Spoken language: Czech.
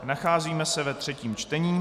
Nacházíme se ve třetím čtení.